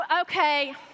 okay